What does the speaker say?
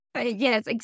Yes